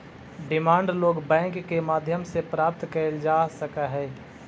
demand loan bank के माध्यम से प्राप्त कैल जा सकऽ हइ